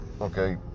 okay